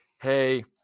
Hey